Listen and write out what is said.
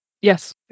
Yes